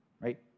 Right